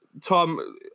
Tom